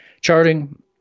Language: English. charting